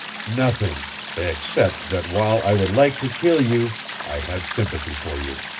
nothing except that while i would like to kill you i have sympathy for you.